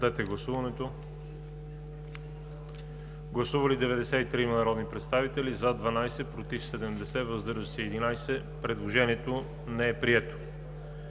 на § 12а. Гласували 93 народни представители: за 13, против 67, въздържали се 13. Предложението не е прието.